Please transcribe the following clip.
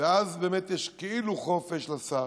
ואז באמת יש כאילו חופש לשר.